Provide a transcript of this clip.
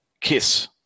KISS